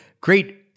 Great